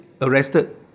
arrested